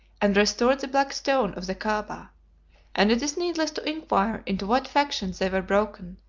and restored the black stone of the caaba and it is needless to inquire into what factions they were broken,